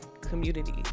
community